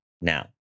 now